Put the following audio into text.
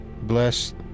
Bless